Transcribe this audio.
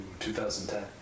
2010